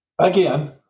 again